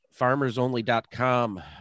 FarmersOnly.com